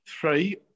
Three